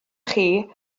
chi